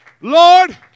Lord